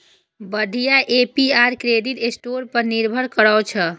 बढ़िया APR credit score पर निर्भर करै छै